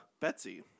Betsy